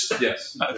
Yes